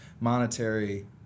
monetary